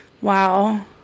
wow